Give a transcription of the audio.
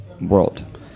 world